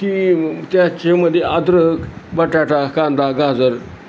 की त्याच्या मध्ये अद्रक बटाटा कांदा गाजर या